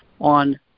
on